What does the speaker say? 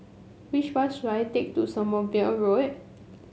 which bus should I take to Sommerville Road